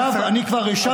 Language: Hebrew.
גם לי לא